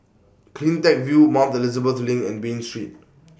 CleanTech View Mount Elizabeth LINK and Bain Street